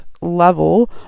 level